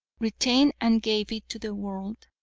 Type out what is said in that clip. retained and gave it to the world,